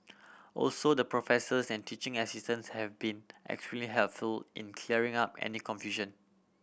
also the professors and teaching assistants have been extremely helpful in clearing up any confusion